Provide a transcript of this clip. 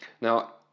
Now